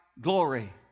glory